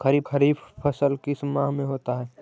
खरिफ फसल किस माह में होता है?